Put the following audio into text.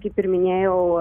kaip ir minėjau